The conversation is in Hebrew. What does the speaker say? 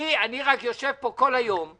ואתם יושבים שם